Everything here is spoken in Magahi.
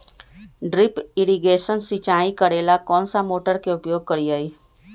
ड्रिप इरीगेशन सिंचाई करेला कौन सा मोटर के उपयोग करियई?